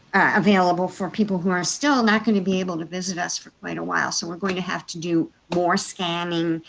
available for people who are still not going to be able to visit us for quite a while. so we are going to have to do more scanning